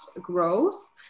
Growth